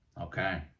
Okay